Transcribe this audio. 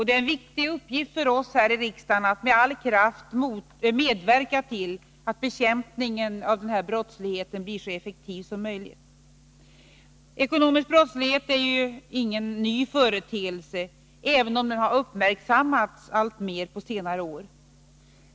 Det är en viktig uppgift för oss här i riksdagen att med all kraft medverka till att bekämpningen av denna brottslighet blir så effektiv som möjligt. Ekonomisk brottslighet är ingen ny företeelse, även om den uppmärksammats alltmer på senare år.